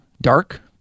dark